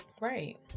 right